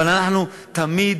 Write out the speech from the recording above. אבל אנחנו תמיד